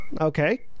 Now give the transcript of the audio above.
Okay